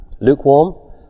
lukewarm